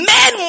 Men